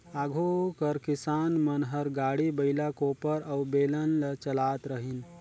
आघु कर किसान मन हर गाड़ी, बइला, कोपर अउ बेलन ल चलात रहिन